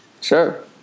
Sure